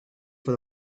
for